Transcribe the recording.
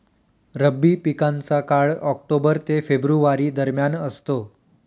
रब्बी पिकांचा काळ ऑक्टोबर ते फेब्रुवारी दरम्यान असतो